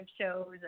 shows